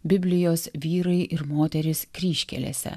biblijos vyrai ir moterys kryžkelėse